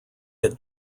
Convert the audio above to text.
had